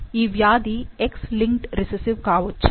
ఈ వ్యాధి X linked recessive కావొచ్చా